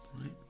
right